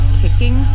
kicking